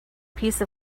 piece